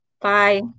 Bye